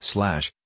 Slash